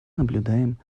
наблюдаем